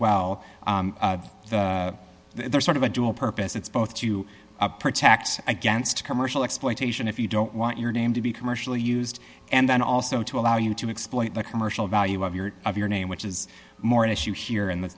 well there's sort of a dual purpose it's both to protect against commercial exploitation if you don't want your name to be commercially used and then also to allow you to exploit the commercial value of your of your name which is more an issue here in the